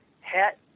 hat